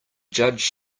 judge